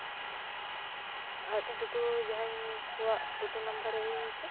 ᱟᱨ ᱢᱮᱫᱴᱮᱱ ᱴᱳᱴᱳ ᱡᱟᱦᱟᱸᱭ ᱠᱚᱣᱟᱜ ᱴᱳᱴᱳ ᱱᱟᱢᱵᱟᱨ ᱤᱢᱟᱹᱧ ᱢᱮᱥᱮ